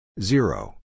Zero